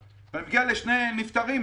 ואני מגיע לשני נפטרים.